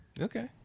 Okay